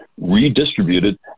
redistributed